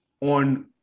On